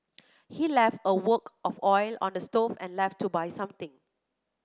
he left a wok of oil on the stove and left to buy something